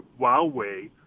Huawei